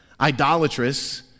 idolatrous